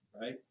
right